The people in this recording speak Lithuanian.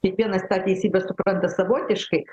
kiekvienas tą teisybę supranta savotiškai